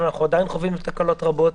אבל אנחנו עדיין חווים תקלות רבות,